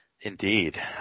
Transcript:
Indeed